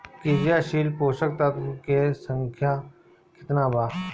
क्रियाशील पोषक तत्व के संख्या कितना बा?